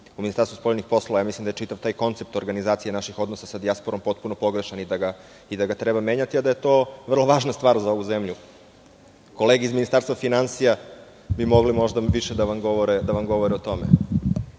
u Ministarstvu spoljnih poslova. Mislim, da je čitav taj koncept organizacija naših odnosa sa dijasporom potpuno pogrešan i da ga treba menjati, a da je to vrlo važna stvar za ovu zemlju. Kolege iz Ministarstva finansija bi mogle možda više da vam govore o tome